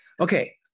Okay